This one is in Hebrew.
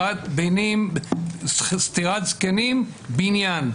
סתירת זקנים בניין.